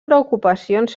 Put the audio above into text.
preocupacions